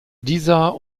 dieser